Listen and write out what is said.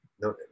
No